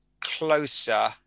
closer